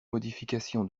modification